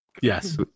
Yes